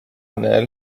nel